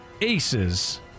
Aces